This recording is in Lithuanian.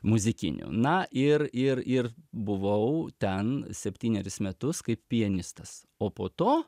muzikinių na ir ir ir buvau ten septyneris metus kaip pianistas o po to